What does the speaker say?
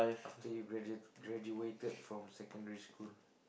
after you graduated graduated from secondary school